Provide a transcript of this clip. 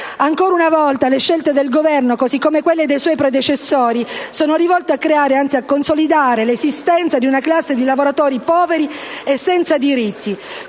Ancora una volta, le scelte del Governo, così come quelle dei suoi predecessori, sono rivolte a creare, anzi, a consolidare, l'esistenza dì una classe di lavoratori poveri e senza diritti,